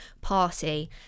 party